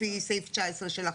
לפי סעיף 19 של החוק.